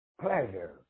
pleasure